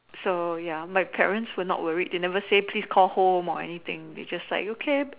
so ya my parents were not worried they never say please call home or anything they just like okay